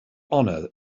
honor